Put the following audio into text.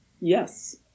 Yes